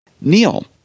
Neil